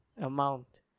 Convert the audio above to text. amount